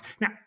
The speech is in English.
Now